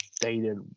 dated